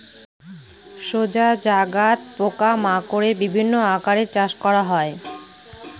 সোজা জায়গাত পোকা মাকড়ের বিভিন্ন আকারে চাষ করা হয়